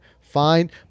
fine